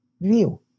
view